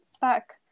back